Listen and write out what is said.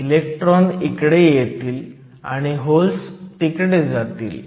electron इकडे येतील आणि होल्स तिकडे जातील